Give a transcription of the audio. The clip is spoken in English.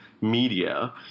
Media